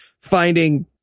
finding